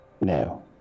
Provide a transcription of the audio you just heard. No